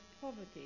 poverty